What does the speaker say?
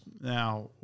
Now